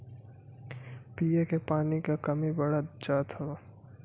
पिए के पानी क कमी बढ़्ते जात हौ